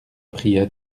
pria